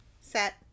set